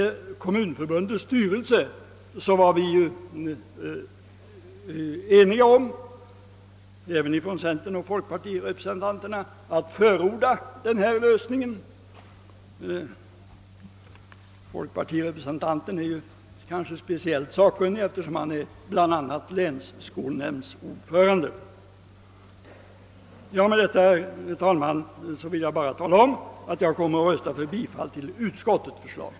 I Kommunförbundets styrelse var centeroch folkpartirepresentanterna eniga om att förorda denna lösning. Folkpartirepresentanten är kanske speciellt sakkunnig, eftersom han bl.a. är länsskolnämndsordförande. Med detta, herr talman, vill jag meddela att jag kommer att rösta för utskottets hemställan.